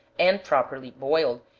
and properly boiled,